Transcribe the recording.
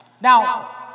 Now